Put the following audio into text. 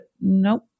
nope